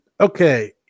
okay